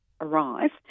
arrive